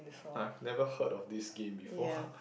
I've never heard of this game before